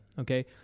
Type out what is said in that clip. okay